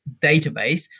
database